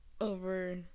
over